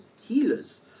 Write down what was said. healers